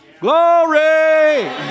Glory